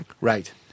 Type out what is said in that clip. Right